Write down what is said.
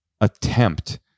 attempt